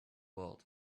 world